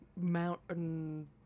mountain